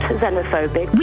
xenophobic